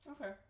Okay